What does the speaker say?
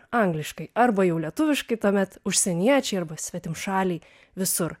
angliškai arba jau lietuviškai tuomet užsieniečiai arba svetimšaliai visur